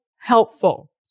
helpful